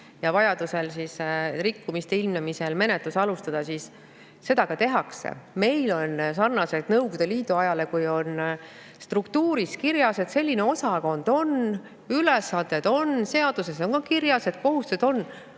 ja vajadusel, rikkumiste ilmnemisel menetlust alustada, siis seda ka tehakse. Meil on sarnaselt Nõukogude Liidu ajale struktuuris kirjas, et selline osakond on, ülesanded on, seaduses on ka kirjas, et kohustused on,